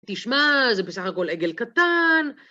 תשמע, זה בסך הכל עגל קטן.